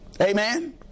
Amen